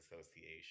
Association